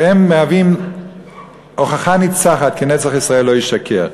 והם מהווים הוכחה ניצחת כי נצח ישראל לא ישקר.